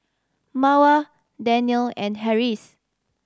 Mawar Daniel and Harris